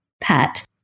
Pat